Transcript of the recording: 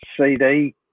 CD